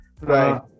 Right